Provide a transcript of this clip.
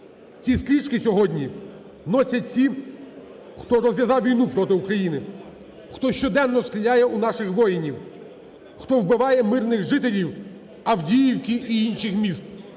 Ці стрічки сьогодні носять ті, хто розв'язав війну проти України, хто щоденно стріляє у наших воїнів, хто вбиває мирних жителів Авдіївки і інших міст,